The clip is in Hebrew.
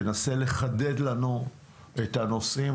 תנסה לחדד לנו את הנושאים,